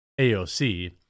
AOC